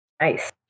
Nice